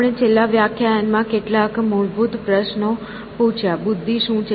આપણે છેલ્લા વ્યાખ્યાયનમાં કેટલાક મૂળભૂત પ્રશ્નો પૂછ્યા બુદ્ધિ શું છે